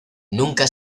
nunca